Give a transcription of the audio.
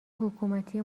حکومتی